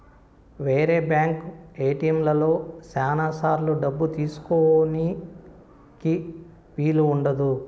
వేరే బ్యాంక్ ఏటిఎంలలో శ్యానా సార్లు డబ్బు తీసుకోనీకి వీలు ఉండదు